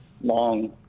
long